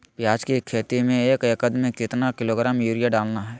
प्याज की खेती में एक एकद में कितना किलोग्राम यूरिया डालना है?